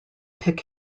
pick